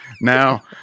now